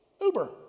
Uber